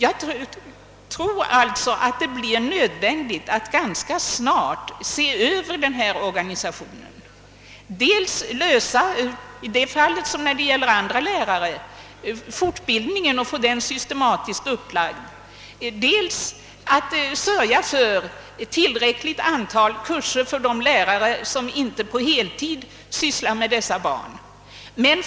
Jag tror att det blir nödvändigt att ganska snart se över denna organisation och att dels liksom när det gäller andra lärare ordna fortbildning och få den systematiskt upplagd, dels sörja för ett tillräckligt antal kurser för de lärare som inte på heltid sysslar med dessa barn.